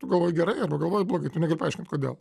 tu galvoji gerai arba galvoji blogai tu negali paaiškint kodėl